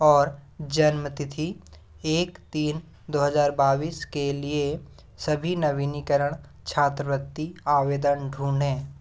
और जन्म तिथि एक तीन दो हज़ार बाईस के लिए सभी नवीनीकरण छात्रवृत्ति आवेदन ढूँढें